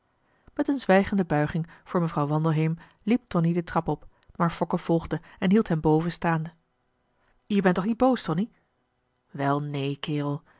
met een zwijgende buiging voor mevrouw wandelheem liep tonie de trap op maar fokke volgde en hield hem boven staande je bent toch niet boos tonie marcellus emants een drietal novellen wel neen kerel